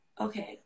okay